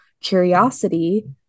curiosity